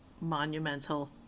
monumental